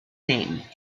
name